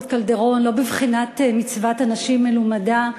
קלדרון לא בבחינת מצוות אנשים מלומדה,